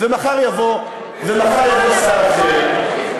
מחר יבוא שר אחר,